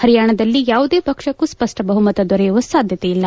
ಪರಿಯಾಣದಲ್ಲಿ ಯಾವುದೇ ಪಕ್ಷಕ್ಕೂ ಸ್ಪಷ್ಪ ಬಹುಮತ ದೊರೆಯುವ ಸಾಧ್ಯತೆ ಇಲ್ಲ